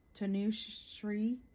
Tanushree